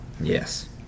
yes